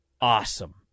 awesome